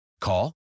Call